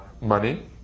money